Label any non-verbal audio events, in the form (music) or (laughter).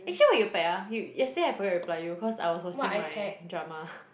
actually what you pack ah you yesterday I forgot to reply you cause I was watching my drama (breath)